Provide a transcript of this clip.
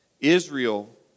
Israel